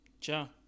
Ciao